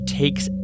takes